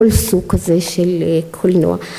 ‫כל סוג כזה של קולנוע.